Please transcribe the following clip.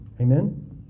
Amen